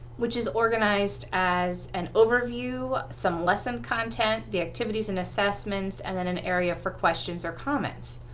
which is organized as an overview, some lesson content, the activities and assessments, and then an area for questions or comments.